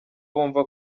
bumva